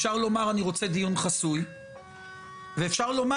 אפשר לומר אני רוצה דיון חסוי ואפשר לומר,